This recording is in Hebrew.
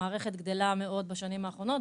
המערכת גדלה מאוד בשנים האחרונות.